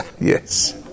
yes